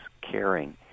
caring